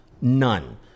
none